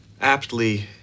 aptly